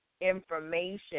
information